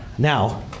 now